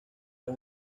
los